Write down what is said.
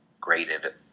graded